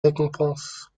récompenses